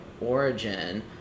origin